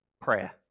prayer